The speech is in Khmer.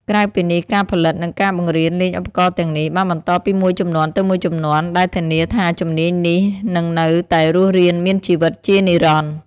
ក្រៅពីនេះ ការផលិត និងការបង្រៀនលេងឧបករណ៍ទាំងនេះ បានបន្តពីជំនាន់មួយទៅជំនាន់មួយ ដែលធានាថាជំនាញនេះនឹងនៅតែរស់រានមានជីវិតជានិរន្តរ៍។